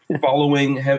following